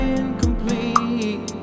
incomplete